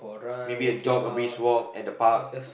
maybe a jog a breeze at the park